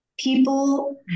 People